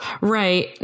right